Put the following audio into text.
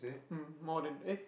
mm more than eh